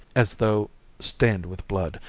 as though stained with blood.